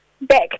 Back